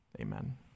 amen